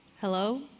Hello